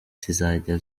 zizajya